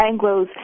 Anglos